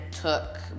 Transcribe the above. took